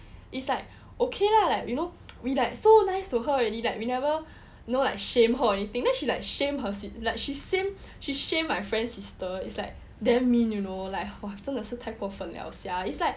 it's like okay lah like you know we like so nice to her already like we never know like shame her or anything then she like shame her like she shame her she shame my friend's sister is like damn mean you know like !wah! 真的是太过分了 sia it's like